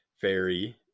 Fairy